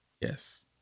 Yes